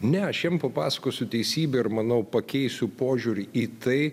ne aš jiem papasakosiu teisybę ir manau pakeisiu požiūrį į tai